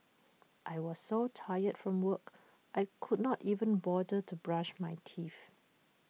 I was so tired from work I could not even bother to brush my teeth